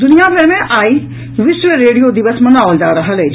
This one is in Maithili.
दुनिया भरि मे आइ विश्व रेडियो दिवस मनाओल जा रहल अछि